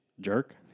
Jerk